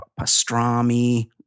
pastrami